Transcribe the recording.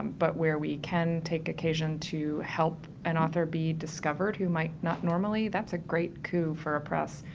but where we can take occasion to help an author be discovered who might not normally, that's a great coup for a press,